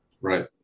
right